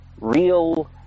real